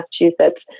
Massachusetts